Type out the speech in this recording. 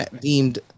deemed